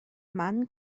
man